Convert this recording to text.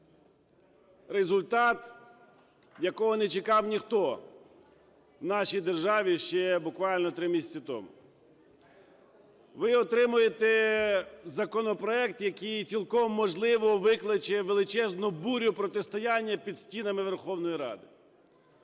результат, якого не чекав ніхто в нашій державі ще буквально 3 місяці тому. Ви отримаєте законопроект, який, цілком можливо, викличе величезну бурю протистояння під стінами Верховної Ради.